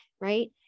right